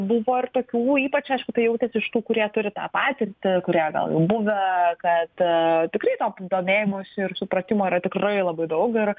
buvo ir tokių ypač aišku tai jautėsi iš tų kurie turi tą patirtį kurie gal jau buvę kad tikrai domėjimosi ir supratimo yra tikrai labai daug ir